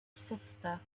sister